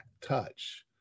touch